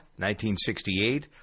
1968